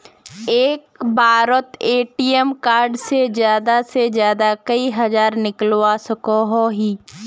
एक बारोत ATM card से ज्यादा से ज्यादा कई हजार निकलवा सकोहो ही?